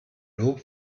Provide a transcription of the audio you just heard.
lob